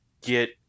get